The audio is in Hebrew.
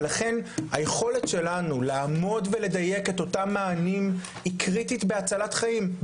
ולכן היכולת שלנו לעמוד ולדייק את אותם מענים היא קריטית בהצלת חיים,